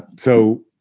so,